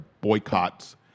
boycotts